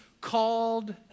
called